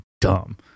dumb